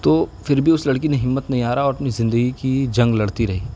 تو پھر بھی اس لڑکی نے ہمت نہیں ہارا اور اپنی زندگی کی جنگ لڑتی رہی